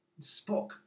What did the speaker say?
Spock